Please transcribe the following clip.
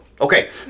Okay